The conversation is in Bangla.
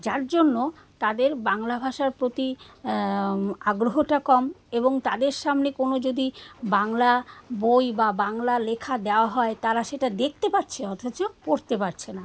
যার জন্য তাদের বাংলা ভাষার প্রতি আগ্রহটা কম এবং তাদের সামনে কোনো যদি বাংলা বই বা বাংলা লেখা দেওয়া হয় তারা সেটা দেখতে পাচ্ছে অথচ পড়তে পারছে না